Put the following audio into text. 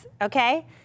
okay